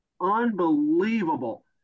Unbelievable